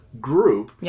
group